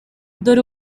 dore